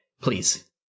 Please